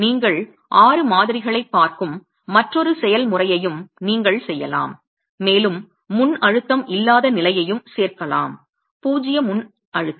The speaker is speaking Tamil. நீங்கள் ஆறு மாதிரிகளைப் பார்க்கும் மற்றொரு செயல்முறையையும் நீங்கள் செய்யலாம் மேலும் முன்அழுத்தம் இல்லாத நிலையையும் சேர்க்கலாம் பூஜ்ஜிய முன்அழுத்தம்